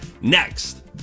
next